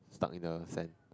park in the sand